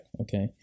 okay